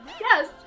Yes